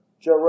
Joe